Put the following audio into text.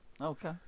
Okay